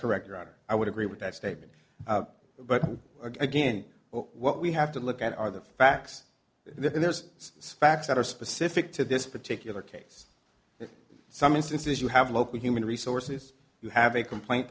correct i would agree with that statement but again what we have to look at are the facts there's specs that are specific to this particular case some instances you have local human resources you have a complaint